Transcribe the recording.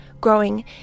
growing